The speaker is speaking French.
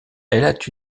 elle